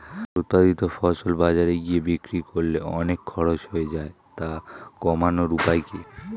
আমার উৎপাদিত ফসল বাজারে গিয়ে বিক্রি করলে অনেক খরচ হয়ে যায় তা কমানোর উপায় কি?